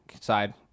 side